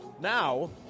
now